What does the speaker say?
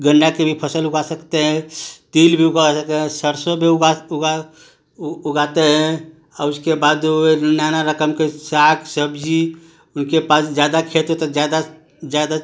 गन्ना के भी फसल उगा सकते हैं तिल भी उगा सके हैं सरसों भी उबास उगा उगाते हैं और उसके बाद नाना रकम के साग सब्जी उनके पास ज़्यादा खेत होता तो ज़्यादा ज़्यादा